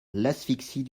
l’asphyxie